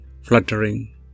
fluttering